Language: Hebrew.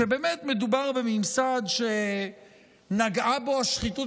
שבאמת מדובר בממסד שנגעה בו השחיתות